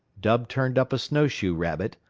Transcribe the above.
dub turned up a snowshoe rabbit,